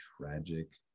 tragic